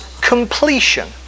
completion